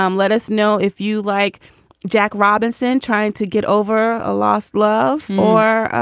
um let us know if you like jack robinson trying to get over a lost love or,